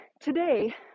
today